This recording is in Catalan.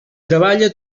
treballa